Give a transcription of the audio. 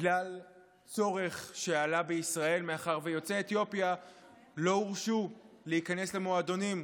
בגלל צורך שעלה בישראל מאחר שיוצאי אתיופיה לא הורשו להיכנס למועדונים.